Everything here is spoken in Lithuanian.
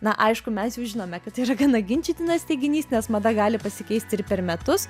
na aišku mes jau žinome kad tai yra gana ginčytinas teiginys nes mada gali pasikeisti ir per metus